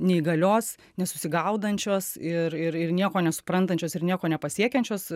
neįgalios nesusigaudančios ir ir ir nieko nesuprantančios ir nieko nepasiekiančios